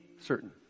Certain